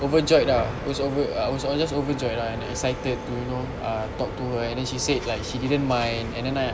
overjoyed ah I was over I was just overjoyed ah and excited to you know ah talk to her and then she said like she didn't mind and then I